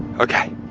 okay,